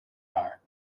haar